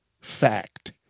fact